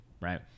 Right